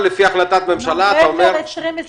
החלטת ממשלה שלא מאפשרת לך לשלם יותר